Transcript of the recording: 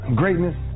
greatness